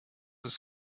ist